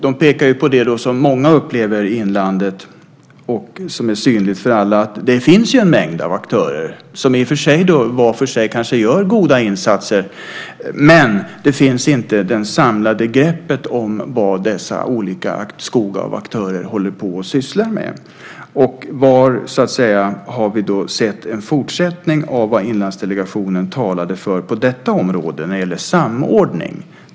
De pekade på det som många upplever i inlandet och som är synligt för alla. Det finns en mängd aktörer som var för sig kanske gör goda insatser. Men det finns inte ett samlat grepp om vad denna skog av aktörer sysslar med. Var har vi sett en fortsättning av vad Inlandsdelegationen talade för på detta område när det gäller samordning?